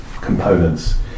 components